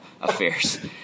affairs